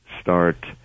start